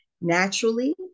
naturally